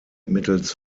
mittels